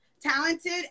talented